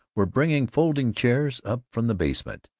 were bringing folding chairs up from the basement.